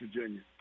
Virginia